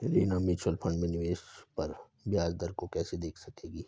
Reena mutual fund में निवेश पर ब्याज दर को कैसे देख सकेगी?